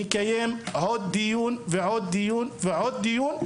נדאג לקיים עוד דיון ועוד דיון ועוד דיון,